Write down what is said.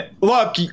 look